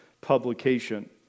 publication